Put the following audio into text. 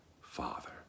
Father